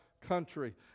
country